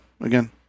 again